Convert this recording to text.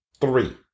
three